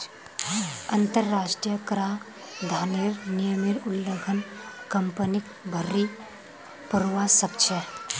अंतरराष्ट्रीय कराधानेर नियमेर उल्लंघन कंपनीक भररी पोरवा सकछेक